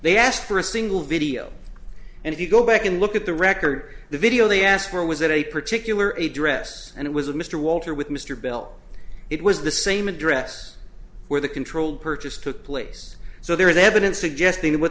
they asked for a single video and if you go back and look at the record the video they asked for was it a particular a dress and it was a mr walter with mr bill it was the same address where the control purchased took place so there is evidence suggesting that what